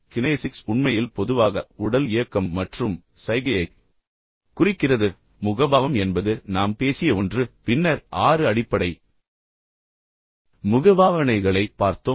kinesics உண்மையில் பொதுவாக உடல் இயக்கம் மற்றும் சைகையைக் குறிக்கிறது முகபாவம் என்பது நாம் பேசிய ஒன்று பின்னர் ஆறு அடிப்படை முகபாவனைகளைப் பார்த்தோம்